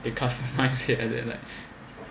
they customise it until like